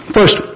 First